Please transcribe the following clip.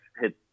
hit